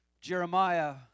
Jeremiah